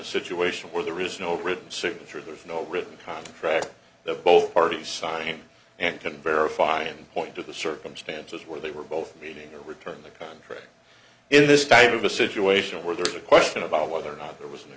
a situation where there is no written signature there's no written contract that both parties signed and can verify and point to the circumstances where they were both meeting and return the contract in this type of a situation where there is a question about whether or not there was